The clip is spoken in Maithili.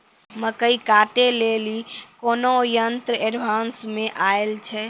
मकई कांटे ले ली कोनो यंत्र एडवांस मे अल छ?